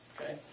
okay